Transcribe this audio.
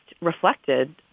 reflected